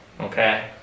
okay